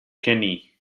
kenny